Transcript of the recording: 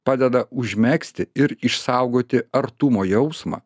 padeda užmegzti ir išsaugoti artumo jausmą